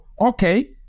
okay